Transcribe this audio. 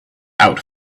out